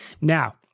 Now